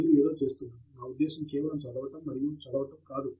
మీరు ఏదో చేస్తున్నారు నా ఉద్దేశ్యం కేవలం చదవడం మరియు చదవడం మరియు చదవడం కాదు